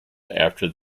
after